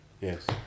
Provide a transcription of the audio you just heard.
Yes